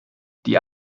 die